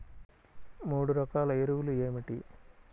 మూడు రకాల ఎరువులు ఏమిటి?